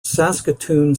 saskatoon